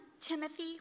Timothy